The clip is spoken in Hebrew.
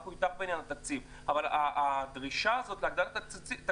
אנחנו איתך בעניין התקציב אבל הדרישה הזאת להגדלת התקציב,